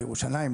ירושלים,